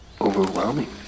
overwhelming